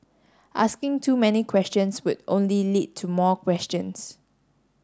asking too many questions would only lead to more questions